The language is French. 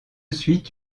suite